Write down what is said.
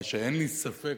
מה שאין לי ספק,